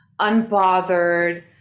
unbothered